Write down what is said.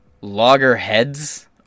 loggerheads